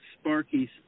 Sparky's